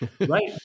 Right